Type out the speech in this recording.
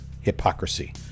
hypocrisy